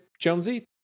Jonesy